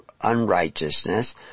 unrighteousness